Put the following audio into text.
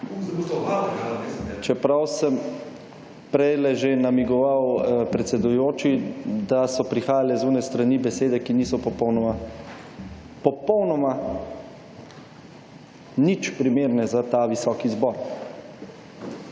čeprav sem prejle že namigoval predsedujoči, da so prihajale iz tiste strani besede, ki niso popolnoma nič primerne za ta visoki zbor.